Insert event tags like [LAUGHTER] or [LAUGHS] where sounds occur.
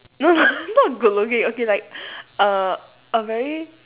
no no [LAUGHS] not good looking okay like err a very